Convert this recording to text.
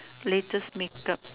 latest make up